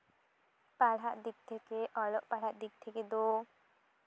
ᱯᱟᱲᱦᱟᱜ ᱫᱤᱠ ᱛᱷᱮᱠᱮ ᱚᱞᱚᱜ ᱯᱟᱲᱦᱟᱜ ᱫᱤᱠ ᱛᱷᱮᱠᱮ ᱫᱚ